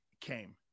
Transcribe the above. came